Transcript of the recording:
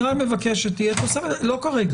אני רק מבקש שתהיה פה, לא כרגע.